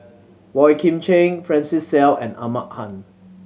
Boey Kim Cheng Francis Seow and Ahmad Khan